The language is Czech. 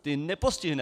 Ty nepostihnete.